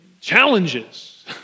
challenges